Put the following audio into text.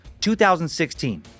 2016